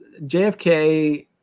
JFK